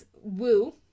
Woo